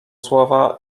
słowa